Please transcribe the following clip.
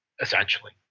essentially